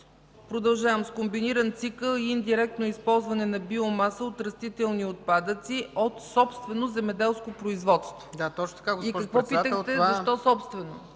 е казано: „с комбиниран цикъл индиректно използване на биомаса от растителни отпадъци от собствено земеделско производство”. И какво питахте – защо собствено?